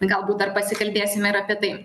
galbūt dar pasikalbėsime ir apie tai